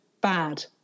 bad